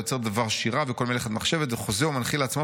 ויוצר דבר שירה וכל מלאכת מחשבת וחוזה ומנחיל לעצמו